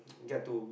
get to